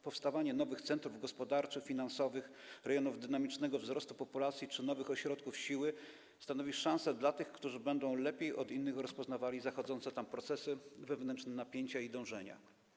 Powstawanie nowych centrów gospodarczych i finansowych, rejonów dynamicznego wzrostu populacji czy nowych ośrodków siły stanowi szansę dla tych, którzy będą lepiej od innych rozpoznawali zachodzące tam procesy, wewnętrzne napięcia i dążenia.